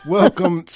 welcome